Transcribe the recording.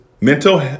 mental